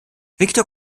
victor